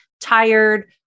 tired